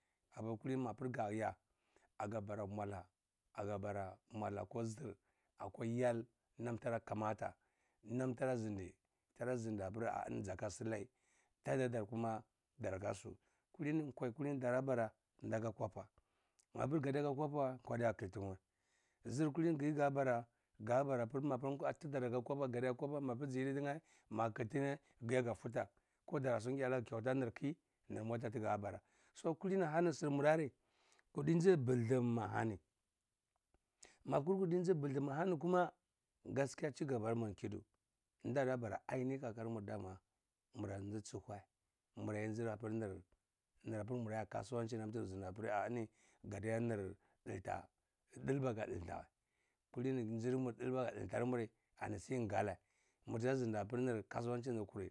Apiri kulini mapiri gaya, aga bara mwala aga bara mwala ko zhir akwai yal nam tara kamata nam tara zindi tara zindi ah eni aka silai tadadar kuma darakasu. Kulili kwai kalini darabara ndaka kwapa mapir gad aka kwapa wa dardiya tdiiltiwa zhir kulini giyeh gabara gabara piri mapir atigir aka kwapa mapir jiyiditiye maji khitiyeh giye aga futa koh dara sunya lega kyauta nirki nir mota tiga bara so kulini hani shirmur ari kutaji butterfum ani mapir kurti ji buldum ani kama gaskiya chigabar mur kidi ndadabara ninili kakar. Mur dama muradir chuhae muraiji nir muraya kasuwachi apirah eni goda yanir dilta, dilba ka dilta kalini jinmur dilba ka dittar muri ani si ngaleh murta zindiapir kasuwanchini kuri.